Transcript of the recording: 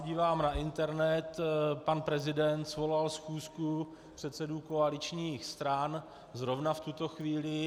Dívám se na internet, pan prezident svolal schůzku předsedů koaličních stran zrovna v tuto chvíli.